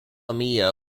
mia